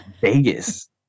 Vegas